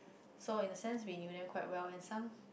so in a sense we knew them quite well and some